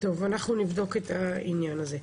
אנחנו נבדוק את העניין הזה.